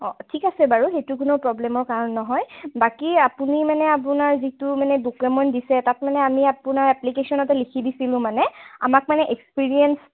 অঁ ঠিক আছে বাৰু সেইটো কোনো প্ৰব্লেমৰ কাৰণ নহয় বাকী আপুনি মানে আপোনাৰ যিটো মানে ডকুমেণ্ট দিছে তাত মানে আমি আপোনাৰ এপ্লিকেশ্যনতে লিখি দিছিলোঁ মানে আমাক মানে এক্সপিৰিয়েঞ্চ